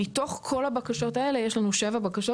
מתוך כל הבקשות האלו יש לנו כשבע בקשות